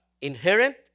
Inherent